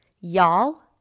y'all